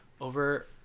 over